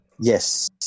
Yes